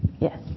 yes